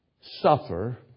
suffer